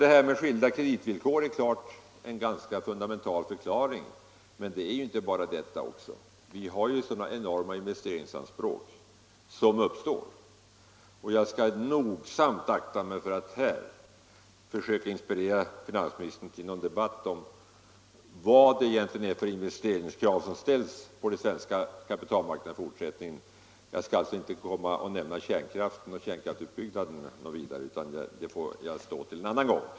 Det här med skilda kreditvillkor är en ganska fundamental förklaring, men det är inte bara det som spelar in. Vi har ju också oerhörda investeringsanspråk. Jag skall nogsamt akta mig för att här försöka inspirera finansministern till debatt om vad det egentligen är för investeringskrav som ställs på den svenska kapitalmarknaden framöver. Följaktligen skall jag inte här gå in på frågan om utbyggnaden av kärnkraften. Den saken låter jag anstå till en annan gång.